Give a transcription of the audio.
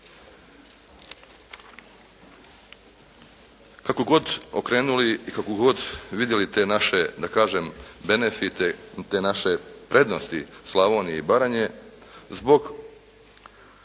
Kako god okrenuli i kako god vidjeli te naše da kažem benefite, te naše prednosti Slavonije i Baranje zbog